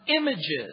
Images